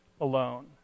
alone